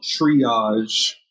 triage